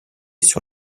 sur